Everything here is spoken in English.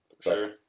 Sure